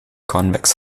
convex